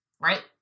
right